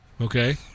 okay